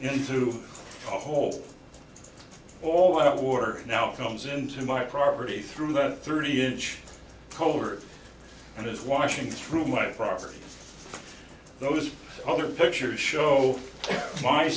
into a whole all out war now it comes into my property through that thirty inch holder and his washing through my property those other pictures show my